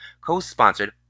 co-sponsored